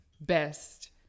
best